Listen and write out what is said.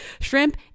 shrimp